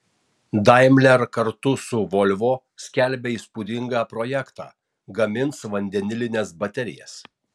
daimler kartu su volvo skelbia įspūdingą projektą gamins vandenilines baterijas